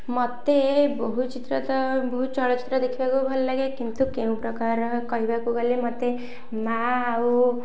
ମୋତେ ବହୁ ଚିତ୍ର ତ ବହୁ ଚଳଚ୍ଚିତ୍ର ଦେଖିବାକୁ ଭଲ ଲାଗେ କିନ୍ତୁ କେଉଁ ପ୍ରକାର କହିବାକୁ ଗଲେ ମୋତେ ମାଆ ଆଉ